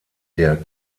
der